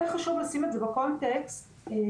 כן חשוב לשים את זה בהקשר שהמדינה